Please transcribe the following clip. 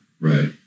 Right